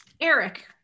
Eric